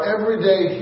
Everyday